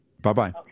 Bye-bye